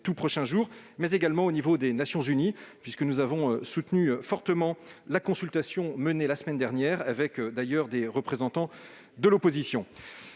démarches réalisées au niveau des Nations unies, puisque nous avons soutenu fortement la consultation menée la semaine dernière avec des représentants de l'opposition.